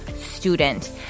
student